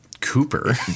Cooper